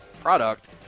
product